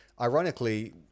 ironically